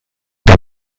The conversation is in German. der